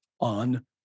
on